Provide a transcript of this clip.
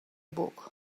book